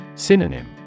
Synonym